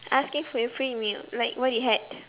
asking for your pre meal like what you had